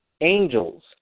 angels